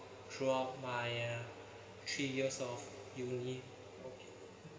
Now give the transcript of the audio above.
throughout my uh three years of uni